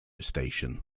station